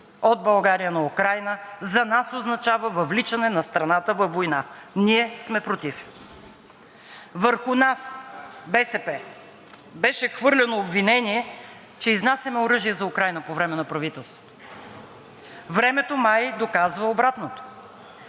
от България на Украйна за нас означава въвличане на страната във война. Ние сме против! Върху нас – БСП, беше хвърлено обвинение, че изнасяме оръжие за Украйна по време на правителството. Времето май доказва обратното.